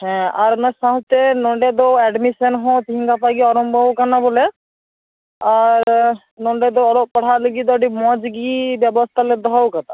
ᱦᱮᱸ ᱟᱨ ᱚᱱᱟ ᱥᱟᱶᱛᱮ ᱱᱚᱰᱮᱫᱚ ᱮᱰᱢᱤᱥᱚᱱ ᱦᱚᱸ ᱛᱤᱦᱤᱱ ᱜᱟᱯᱟᱜᱮ ᱟᱨᱚᱵᱚ ᱟᱠᱟᱱᱟ ᱵᱚᱞᱮ ᱟᱨ ᱱᱚᱰᱮᱫᱚ ᱚᱞᱚᱜ ᱯᱟᱲᱦᱟᱣ ᱞᱟᱹᱜᱤᱫ ᱫᱚ ᱟᱹᱰᱤ ᱢᱚᱡᱽᱜᱮ ᱵᱮᱵᱚᱥᱛᱟᱞᱮ ᱫᱚᱦᱚ ᱟᱠᱟᱫᱟ